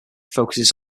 focuses